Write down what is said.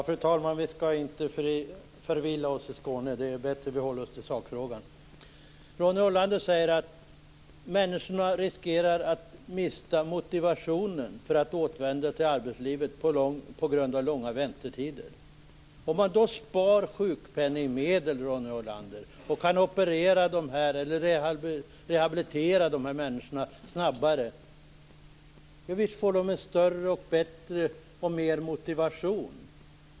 Fru talman! Vi skall inte förvilla oss i Skåne. Det är bättre att vi håller oss till sakfrågan. Ronny Olander säger att människor riskerar att mista motivationen för att återvända till arbetslivet på grund av långa väntetider. Om man då spar sjukpenningmedel, Ronny Olander, och kan rehabilitera de här människorna snabbare - visst får de större, bättre och mer motivation!